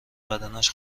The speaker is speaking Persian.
بدنش